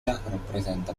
rappresenta